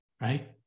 Right